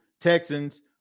Texans